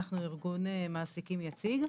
אנחנו ארגון מעסיקים יציג.